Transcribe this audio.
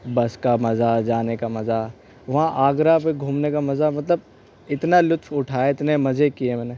بس کا مزہ جانے کا مزہ وہاں آگرہ پہ گھومنے کا مزہ مطلب اتنا لطف اٹھایے اتنے مزہ کیے میں نے